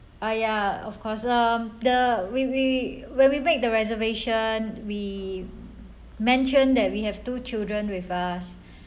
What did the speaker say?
ah ya of course um the we we when we make the reservation we mentioned that we have two children with us